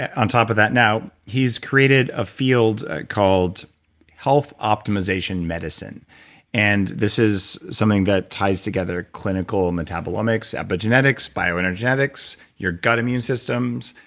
on top of that now, he's created a field called health optimization medicine and this is something that ties together clinical metabolomics, epigenetics bioenergetics, your gut immune systems,